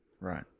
Right